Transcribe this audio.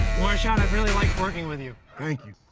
marshawn, i really like working with you. thank you.